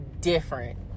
different